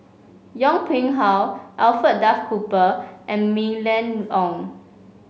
Yong Pung How Alfred Duff Cooper and Mylene Ong